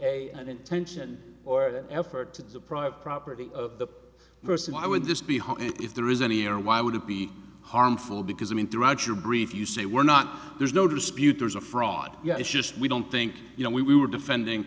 a an intention or that effort to deprive property of the person why would this be harmed if there is any or why would it be harmful because i mean throughout your brief you say we're not there's no dispute there's a fraud yeah it's just we don't think you know we were defending